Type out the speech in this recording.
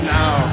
now